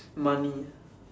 money